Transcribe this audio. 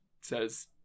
Says